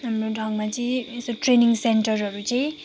हाम्रो ठाउँमा चाहिँ यस्तो ट्रेनिङ सेन्टरहरू चाहिँ